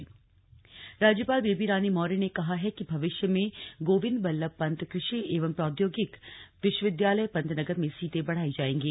slug दीक्षांत समारोह राज्यपाल बेबी रानी मौर्य ने कहा है कि भविष्य में गोविंद बल्लभ पंत कृषि एवं प्रौद्योगिक विश्वविद्यालय पंतनगर में सीटें बढ़ाई जाएंगी